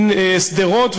משדרות,